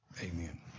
Amen